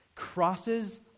crosses